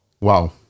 wow